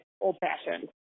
old-fashioned